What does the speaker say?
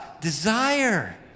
desire